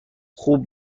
خوب